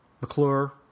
McClure